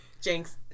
Jinx